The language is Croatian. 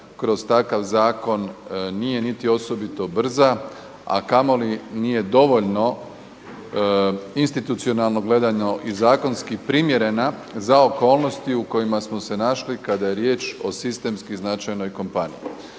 kroz takav zakon nije niti osobito brza, a kamoli nije dovoljno institucionalno gledano i zakonski primjerena za okolnosti u kojima smo se našli kada je riječ o sistemski značajnoj kompaniji.